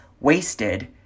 wasted